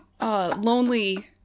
Lonely